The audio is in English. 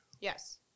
Yes